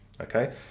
Okay